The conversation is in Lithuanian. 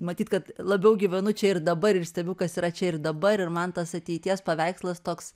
matyt kad labiau gyvenu čia ir dabar ir stebiu kas yra čia ir dabar ir man tas ateities paveikslas toks